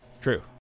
True